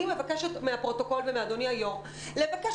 אני מבקשת מהפרוטוקול ומאדוני היושב-ראש לבקש